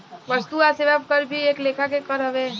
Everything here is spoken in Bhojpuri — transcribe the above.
वस्तु आ सेवा कर भी एक लेखा के कर हवे